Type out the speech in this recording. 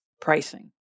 pricing